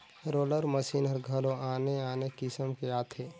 roller machine हर घलो आने आने किसम के आथे